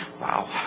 Wow